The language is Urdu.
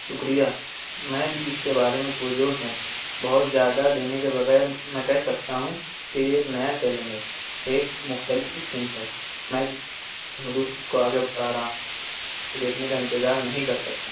شکریہ میں بھی اس کے بارے میں پرجوش ہوں بہت زیادہ دینے کے بغیرمیں کہہ سکتا ہوں کہ یہ ایک نیا چیلنج ہے ایک مختلف صنف ہے میں ان حدود کو آگے بڑھا رہا ہوں دیکھنے کا انتظار نہیں کر سکتا